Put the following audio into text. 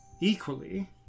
Equally